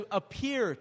appear